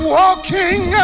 walking